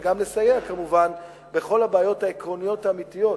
וגם לסייע כמובן בכל הבעיות העקרוניות האמיתיות